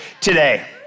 today